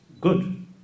good